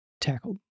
tackled